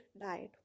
died